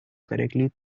correctly